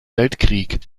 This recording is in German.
weltkrieg